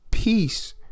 Peace